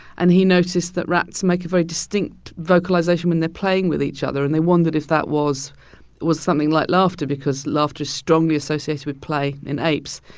and he noticed that rats make a very distinct vocalization when they're playing with each other. and they wondered if that was was something like laughter because laughter is strongly associated with play in apes.